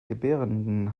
gebärenden